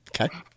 Okay